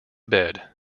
bed